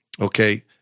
okay